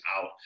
out